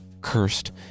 cursed